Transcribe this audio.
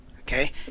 Okay